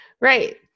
Right